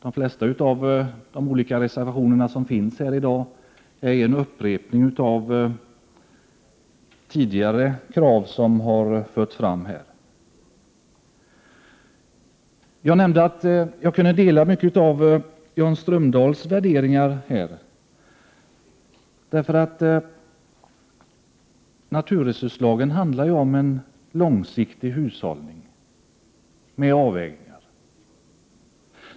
De flesta av de reservationer som föreligger i dag innebär upprepningar av krav som tidigare har förts fram. Jag nämnde att jag kunde dela mycket av Jan Strömdahls värderingar. Naturresurslagen handlar ju om en långsiktig hushållning, med avvägningar.